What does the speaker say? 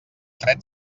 fred